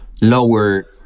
lower